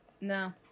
No